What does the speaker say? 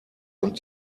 und